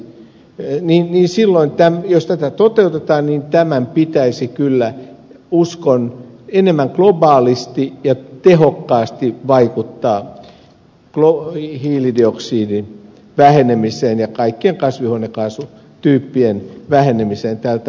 tein niin hiilinieluja heikennetään jos sitä toteutetaan pitäisi kyllä uskon enemmän globaalisti ja tehokkaasti vaikuttaa hiilidioksidin vähenemiseen ja kaikkien kasvihuonekaasutyyppien vähenemiseen tältä planeetalta